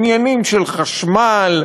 עניינים של חשמל,